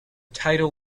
title